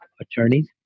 attorneys